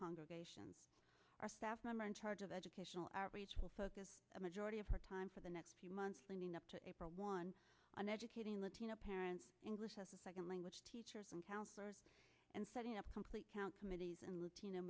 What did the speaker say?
congregations our staff member in charge of educational outreach will focus a majority of her time for the next few months leading up to april one on educating latino parents english as a second language teachers and counselors and setting up complete counsel mitty's and latino